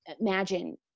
imagine